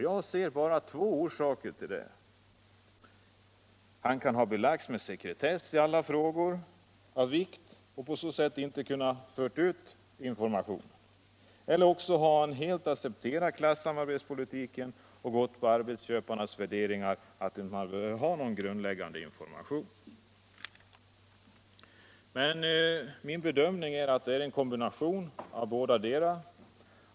Jag ser bara två orsaker till detta: han kan antingen ha belagts med sekretessplikt i alla frågor av vikt och därigenom inte kunnat föra ut informationen eller också har han helt accepterat klassamarbetspolitiken och arbetsköparnas värderingar, nämligen att det inte behövs någon grundläggande information. Min bedömning är att det är en kombination av bådadera.